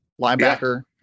Linebacker